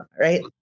right